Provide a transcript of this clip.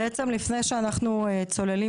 לפני שאנחנו צוללים